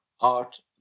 art